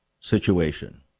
Situation